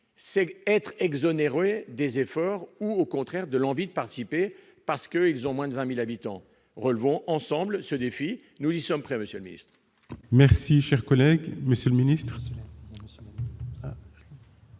elles soient exonérées des efforts ou de l'envie de participer parce qu'elles ont moins de 20 000 habitants. Relevons ensemble ce défi. Nous y sommes prêts, monsieur le ministre